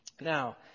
Now